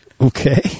Okay